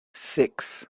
six